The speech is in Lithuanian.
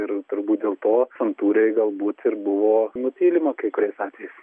ir turbūt dėl to santūriai galbūt ir buvo nutylima kai kuriais atvejais